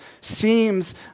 seems